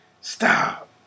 stop